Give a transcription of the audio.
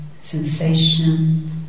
sensation